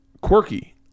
quirky